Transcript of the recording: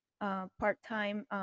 part-time